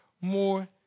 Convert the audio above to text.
more